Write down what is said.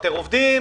לפטר עובדים,